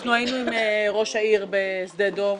אנחנו היינו עם ראש העיר בשדה דב,